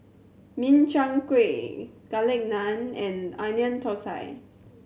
Min Chiang Kueh Garlic Naan and Onion Thosai